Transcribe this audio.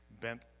bent